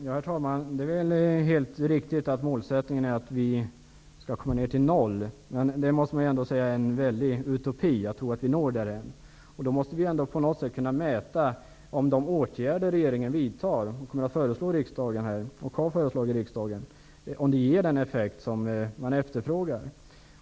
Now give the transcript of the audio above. Herr talman! Det är helt riktigt att målsättningen är att vi skall nå ner till noll, men man måste väl ändå säga att det är en utopi att tro att vi når därhän. Då måste vi på något sätt kunna mäta om de åtgärder regeringen har föreslagit och kommer att föreslå riksdagen ger den effekt man efterfrågar.